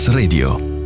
radio